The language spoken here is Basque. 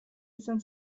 izan